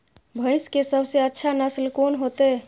भैंस के सबसे अच्छा नस्ल कोन होते?